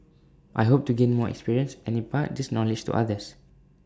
I hope to gain more experience and impart this knowledge to others